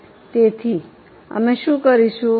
તેથી અમે શું કરીશું